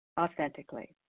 Authentically